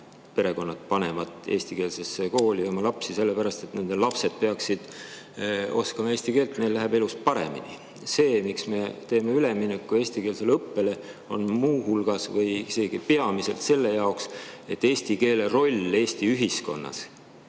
perekonnad panevad oma lapsed eestikeelsesse kooli sellepärast, et nende lapsed peaksid oskama eesti keelt, et neil läheks elus paremini. See, miks me läheme üle eestikeelsele õppele, on muu hulgas või isegi peamiselt selle jaoks, et eesti keele roll Eesti ühiskonnas